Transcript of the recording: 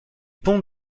ponts